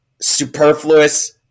superfluous